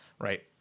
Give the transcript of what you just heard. right